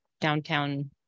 downtown